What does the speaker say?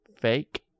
Fake